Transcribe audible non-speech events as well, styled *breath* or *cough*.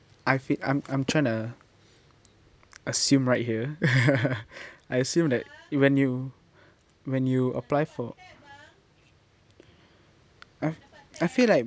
I fee~ I'm I'm trying to assume right here *laughs* *breath* I assume that it when you when you apply for I I feel like